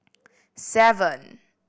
seven